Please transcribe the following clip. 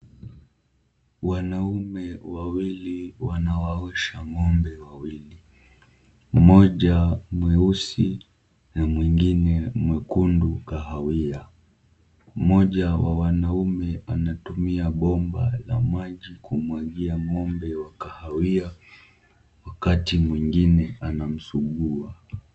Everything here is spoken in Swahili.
Wanaume wawili wanawaosha ng'ombe wawili, mmoja mweusi na mwingine mwekundu na kahawia. Mmoja wa wanaume anatumia bomba la maji kumwagia ng'ombe wa kahawia, wakati mwingine anamsugua.